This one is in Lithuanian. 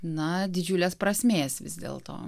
na didžiulės prasmės vis dėl to